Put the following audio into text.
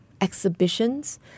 exhibitions